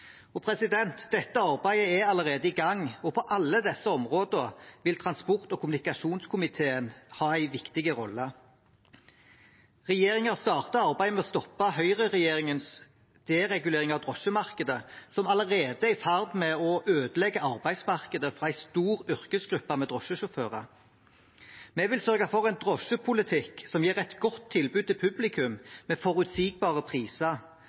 kutte klimagassutslippene. Dette arbeidet er allerede i gang, og på alle disse områdene vil transport- og kommunikasjonskomiteen ha en viktig rolle. Regjeringen starter arbeidet med å stoppe høyreregjeringens deregulering av drosjemarkedet, som allerede er i ferd med å ødelegge arbeidsmarkedet for en stor yrkesgruppe med drosjesjåfører. Vi vil sørge for en drosjepolitikk som gir et godt tilbud til publikum, med forutsigbare priser,